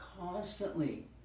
constantly